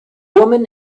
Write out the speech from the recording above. woman